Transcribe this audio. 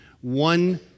one